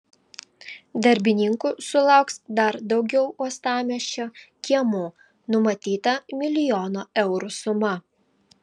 darbininkų sulauks dar daugiau uostamiesčio kiemų numatyta milijono eurų suma